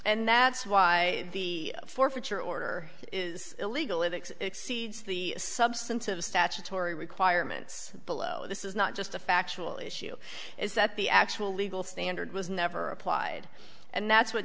and that's why the forfeiture order is illegal if it exceeds the substantive statutory requirements below this is not just a factual issue is that the actual legal standard was never applied and that's what